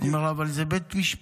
הוא אומר לה: אבל זה בית משפט,